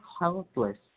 helpless